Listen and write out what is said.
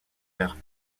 leurs